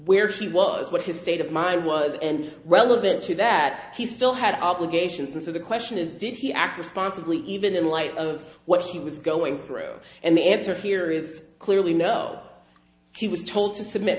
where she was what his state of mind was and relevant to that he still had obligations and so the question is did he act responsibly even in light of what she was going through and the answer here is clearly no she was told to submit